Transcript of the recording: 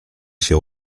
się